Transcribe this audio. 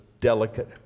delicate